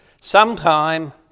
Sometime